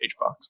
Hbox